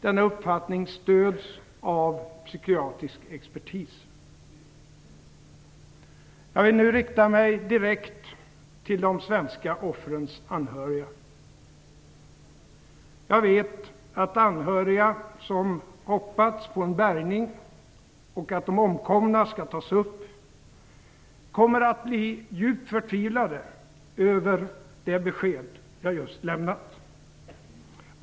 Denna uppfattning stöds av psykiatrisk expertis. Jag vill nu rikta mig direkt till de svenska offrens anhöriga. Jag vet att anhöriga som hoppats på en bärgning och att de omkomna skall tas upp kommer att bli djupt förtvivlade över det besked jag just lämnat.